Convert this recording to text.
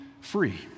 free